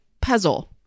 puzzle